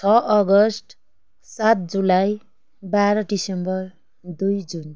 छ अगस्ट सात जुलाई बाह्र डिसेम्बर दुई जुन